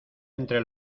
entre